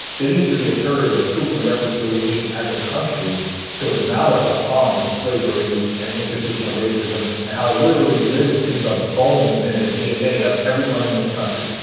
there needs to be a period of truth and reconciliation as a country to acknowledge the harms of slavery and institutional racism and how it literally lives in the bones and the dna of everyone in this country.